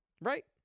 Right